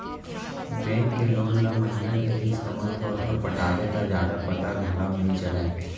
bank के loan ल महिना के किस्त म थोर थोर पटाबे त जादा पता घलौ नइ चलय